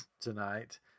tonight